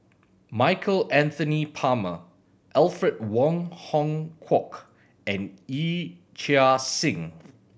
Michael Anthony Palmer Alfred Wong Hong Kwok and Yee Chia Hsing